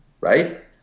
right